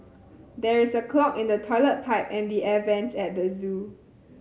there is a clog in the toilet pipe and the air vents at the zoo